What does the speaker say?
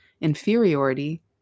inferiority